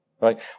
right